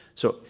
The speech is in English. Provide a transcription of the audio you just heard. so,